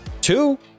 two